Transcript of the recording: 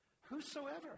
Whosoever